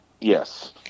Yes